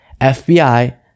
FBI